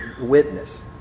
witness